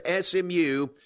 SMU